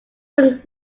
not